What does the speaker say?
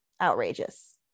outrageous